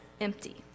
empty